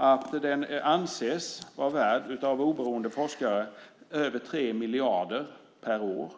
Jakten anses av oberoende forskare vara värd över 3 miljarder per år,